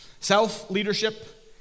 Self-leadership